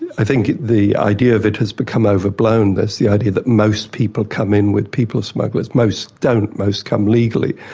i think the idea that has become overblown, that's the idea that most people come in with people smugglers most don't, most come legally,